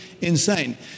insane